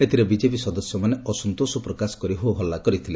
ଏଥରେ ବିଜେପି ସଦସ୍ୟମାନେ ଅସନ୍ତୋଷ ପ୍ରକାଶ କରି ହୋ ହଲ୍ଲା କରିଥିଲେ